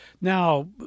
now